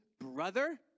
brother